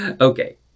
Okay